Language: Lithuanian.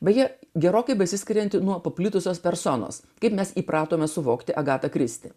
beje gerokai besiskiriantį nuo paplitusios personos kaip mes įpratome suvokti agata kristi